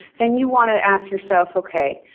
then you want to ask yourself, okay.